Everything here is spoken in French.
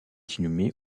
inhumé